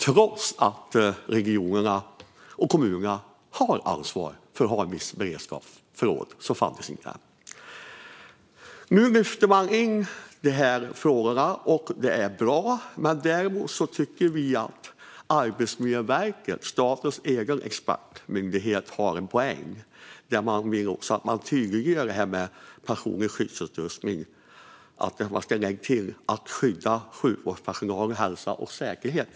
Trots att regionerna och kommunerna har ansvar för att ha vissa beredskapsförråd fanns det inte tillräckligt. Nu lyfter man in dessa frågor, och det är bra. Däremot, fru talman, tycker vi att Arbetsmiljöverket, statens egen expertmyndighet, har en poäng när myndigheten vill att man tydliggör detta med personlig skyddsutrustning genom att lägga till "och skydda sjukvårdspersonalens hälsa och säkerhet".